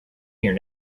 here